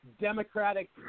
Democratic